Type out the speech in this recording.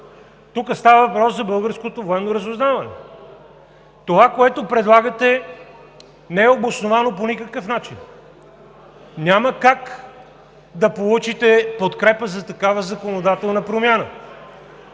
тук става въпрос за българското военно разузнаване. Това, което предлагате, не е обосновано по никакъв начин. Няма как да получите подкрепа за такава законодателна промяна!